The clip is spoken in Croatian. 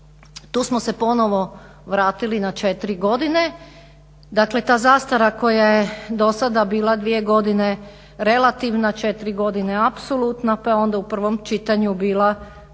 tu smo se ponovo vratili na 4 godine. dakle ta zastara koja je do sada bila dvije godine relativna, 4 godine apsolutna pa je onda u prvom čitanju bila 3+1,